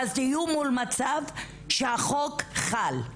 ואז תהיו מול מצב שהחוק יחול.